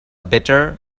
better